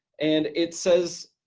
and it says,